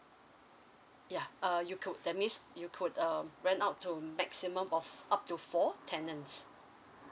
ya err you could that means you could um rent out to a maximum of up to four tenants